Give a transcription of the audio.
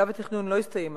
שלב התכנון עדיין לא הסתיים,